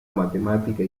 matemática